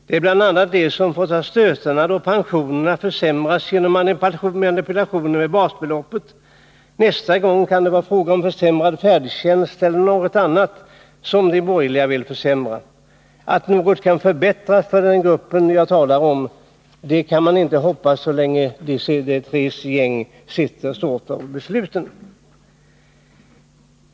Det är bl.a. de som får ta stötarna då pensionerna försämras genom manipulationer med basbeloppet. Nästa gång kan det vara fråga om försämrad färdtjänst eller om något annat som de borgerliga vill försämra. Att något kan förbättras för den grupp jag talar om kan man inte hoppas på så länge de tres gäng står för besluten.